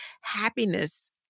happiness